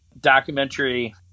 documentary